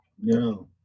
No